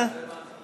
בשביל זה באנו.